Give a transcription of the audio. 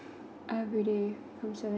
I really